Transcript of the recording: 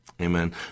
Amen